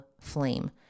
flame